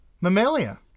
Mammalia